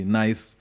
nice